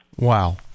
Wow